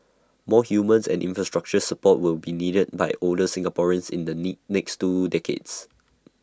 more humans and infrastructural support will be needed by older Singaporeans in the next two decades